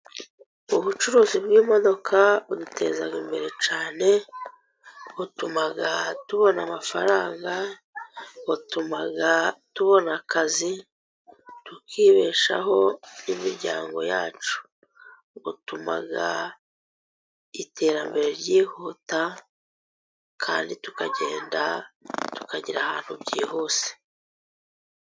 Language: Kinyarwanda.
Ubucuruzi bw'imodoka buduteza imbere cyane, butuma tubona amafaranga watumaga, tubona akazi, tukibeshaho imiryango yacu. Butuma iterambere ryihuta, kandi tukagenda tukagera ahantu byihuse.